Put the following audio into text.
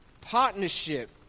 partnership